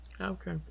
Okay